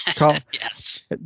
Yes